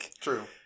True